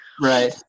Right